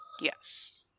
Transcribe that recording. Yes